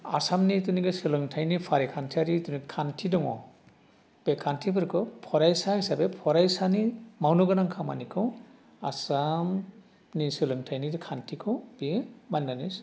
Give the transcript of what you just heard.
आसामनि थुनाखि सोलोंथाइनि फारिखान्थियारि जिथु खान्थि दङ बे खान्थिफोरखौ फरायसा हिसाबै फरायसानि मावनो गोनां खामानिखौ आसाम नि सोलोंथाइनि जि खान्थिखौ बे मानिनानै